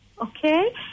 okay